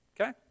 Okay